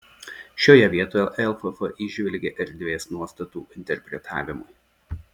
šioje vietoje lff įžvelgė erdvės nuostatų interpretavimui